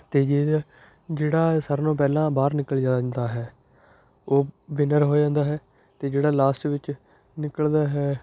ਅਤੇ ਜੇ ਜਿਹੜਾ ਸਾਰਿਆਂ ਨਾਲੋਂ ਪਹਿਲਾਂ ਬਾਹਰ ਨਿਕਲ ਜਾਂਦਾ ਹੈ ਉਹ ਵਿਨਰ ਹੋ ਜਾਂਦਾ ਹੈ ਅਤੇ ਜਿਹੜਾ ਲਾਸਟ ਵਿੱਚ ਨਿਕਲਦਾ ਹੈ